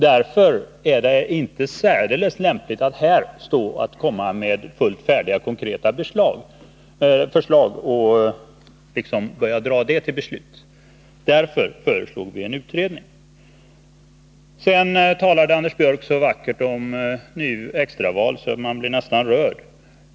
Därför är det inte särdeles lämpligt att här komma med fullt färdiga, konkreta förslag och ta upp dem till beslut. Vi föreslår därför en utredning. Sedan talar Anders Björck så vackert om extra val att man blir nästan rörd.